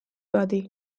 bati